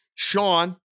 Sean